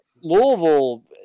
Louisville